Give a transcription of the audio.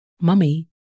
Mummy